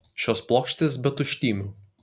šios plokštės be tuštymių